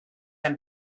and